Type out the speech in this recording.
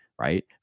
right